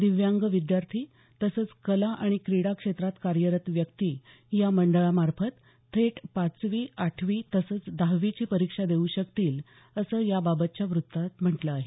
दिव्यांग विद्यार्थी तसंच कला आणि क्रीडा या क्षेत्रात कार्यरत व्यक्ती या मंडळामार्फत थेट पाचवी आठवी तसंच दहावीची परीक्षा देऊ शकतील असं या बाबतच्या वृत्तात म्हटलं आहे